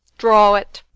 draw it.